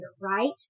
right